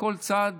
ולכל צד,